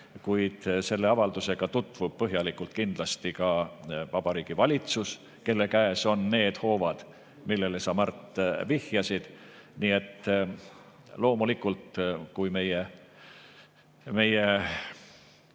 kuid selle avaldusega tutvub põhjalikult kindlasti ka Vabariigi Valitsus, kelle käes on need hoovad, millele sa, Mart, vihjasid. Nii et loomulikult, kui meie